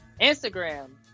Instagram